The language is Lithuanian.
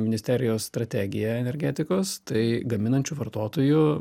ministerijos strategiją energetikos tai gaminančių vartotojų